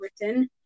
written